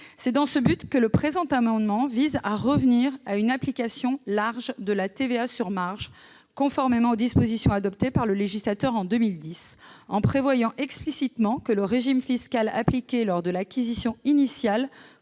C'est dans cette perspective que le présent amendement tend à revenir à une application large de la TVA sur marge, conformément aux dispositions adoptées par le législateur en 2010, en prévoyant explicitement que le régime fiscal appliqué lors de l'acquisition initiale